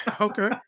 Okay